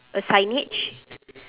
a signage